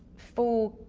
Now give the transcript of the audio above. full,